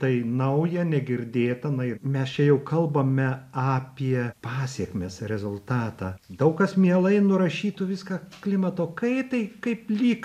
tai nauja negirdėta na ir mes čia jau kalbame apie pasekmės rezultatą daug kas mielai nurašytų viską klimato kaitai kaip lyg